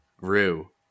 Rue